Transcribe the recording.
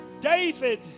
David